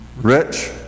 rich